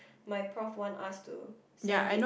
my prof want us to send it